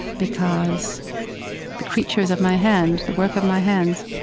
because the creatures of my hand, the work of my hands,